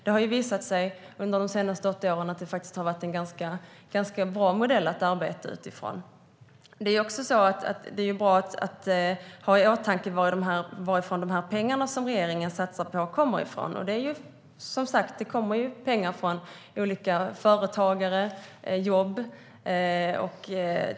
Det har under de senaste åtta åren visat sig att det har varit en ganska bra modell att arbeta utifrån. Det är bra att ha i åtanke var de pengar som regeringen satsar kommer ifrån. Det kommer pengar från olika företagare och jobb.